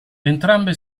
entrambe